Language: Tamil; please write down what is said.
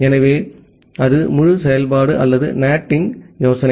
எனவே அது முழு செயல்பாடு அல்லது NAT இன் யோசனை